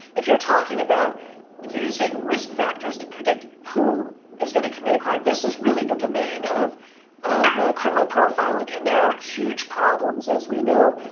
if you are talking about using risk factors to predict who is going to commit a crime, this is really the domain of of criminal profiling, and there are huge problems, as we know,